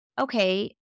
okay